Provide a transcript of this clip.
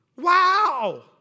Wow